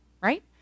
right